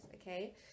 okay